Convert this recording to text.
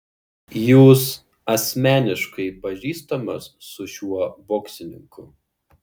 jūs asmeniškai pažįstamas su šiuo boksininku